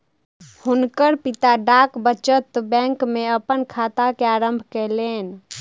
हुनकर पिता डाक बचत बैंक में अपन खाता के आरम्भ कयलैन